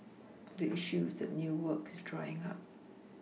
the issue is that new work is drying up